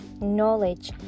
knowledge